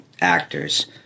actors